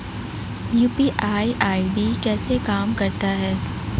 UPI ID कैसे काम करता है?